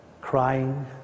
crying